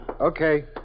Okay